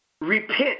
repent